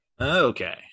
okay